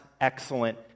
excellent